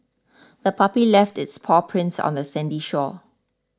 the puppy left its paw prints on the sandy shore